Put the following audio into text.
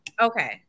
Okay